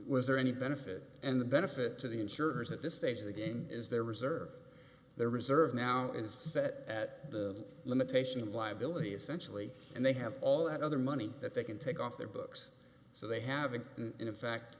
was there any benefit and the benefit to the insurers at this stage of the game is their reserve their reserve now is to set at the limitation liability essentially and they have all that other money that they can take off their books so they haven't been in fact